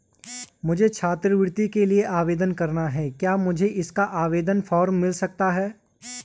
मुझे छात्रवृत्ति के लिए आवेदन करना है क्या मुझे इसका आवेदन फॉर्म मिल सकता है?